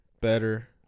better